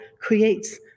creates